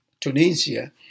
Tunisia